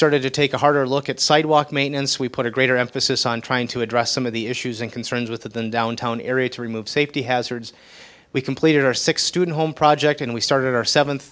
started to take a harder look at sidewalk maintenance we put a greater emphasis on trying to address some of the issues and concerns with the downtown area to remove safety hazards we completed our six student home project and we started our seventh